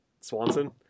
Swanson